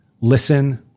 listen